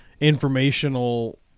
informational